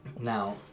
Now